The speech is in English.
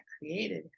created